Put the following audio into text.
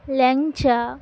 ল্যাংচা